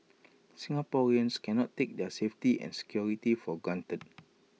Singaporeans cannot take their safety and security for granted